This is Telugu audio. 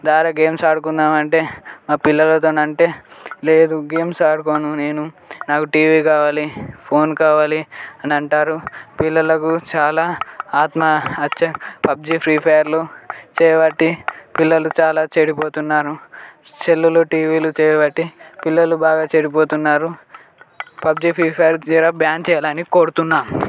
దారా గేమ్స్ ఆడుకుందాం అంటే మా పిల్లలతో అంటే లేదు గేమ్స్ ఆడుకోను నేను నాకు టీవీ కావాలి ఫోన్ కావాలి అని అంటారు పిల్లలకు చాలా ఆత్మహత్య పబ్జి ఫ్రీ ఫైర్లు చేరబట్టి పిల్లలు చాలా చెడిపోతున్నారు సెల్లులు టీవీలు చేరబట్టి పిల్లలు బాగా చెడిపోతున్నారు పబ్జి ఫ్రీ ఫైర్లు బ్యాన్ చేయాలని కోరుతున్నాను